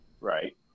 Right